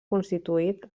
constituït